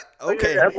Okay